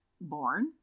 born